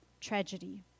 tragedy